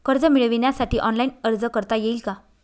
कर्ज मिळविण्यासाठी ऑनलाइन अर्ज करता येईल का?